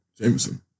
Jameson